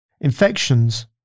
Infections